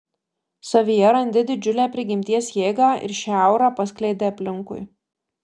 savyje randi didžiulę prigimties jėgą ir šią aurą paskleidi aplinkui